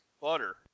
butter